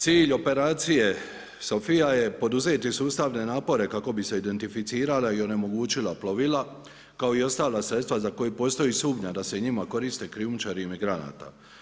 Cilj operacije SOPHIA je poduzeti sustavne napore kako bi se identificirala i onemogućila plovila, kao i ostala sredstva za koja postoji sumnja da se njima koriste krijumčari imigranata.